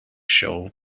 show